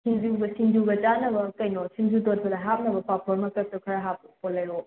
ꯁꯤꯡꯖꯨꯒ ꯁꯤꯡꯖꯨꯒ ꯆꯥꯅꯕ ꯀꯩꯅꯣ ꯁꯤꯡꯖꯨ ꯇꯣꯠꯄꯗ ꯍꯥꯞꯅꯕ ꯄꯥꯐꯣꯔ ꯃꯀꯛꯇꯣ ꯈꯔ ꯍꯥꯞꯄꯨ ꯂꯩꯔꯛꯑꯣ